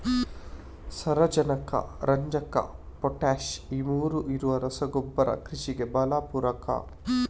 ಸಾರಾಜನಕ, ರಂಜಕ, ಪೊಟಾಷ್ ಈ ಮೂರೂ ಇರುವ ರಸಗೊಬ್ಬರ ಕೃಷಿಗೆ ಭಾಳ ಪೂರಕ